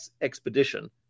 expedition